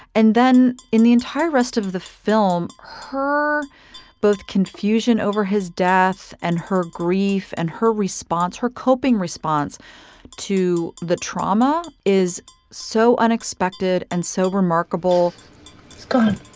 and then in the entire rest of the film, her both confusion over his death and her grief and her response, her coping response to the trauma is so unexpected and so remarkable it's gone.